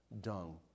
Dung